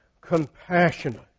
compassionate